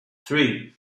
three